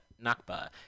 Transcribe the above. Nakba